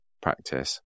practice